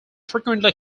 frequently